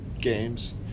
games